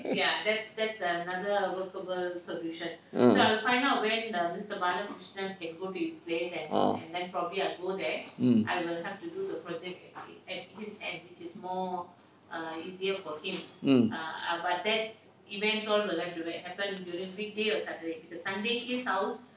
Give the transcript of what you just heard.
mm mm orh mm mm